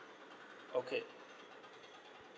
okay